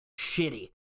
shitty